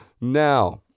Now